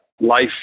life